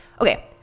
okay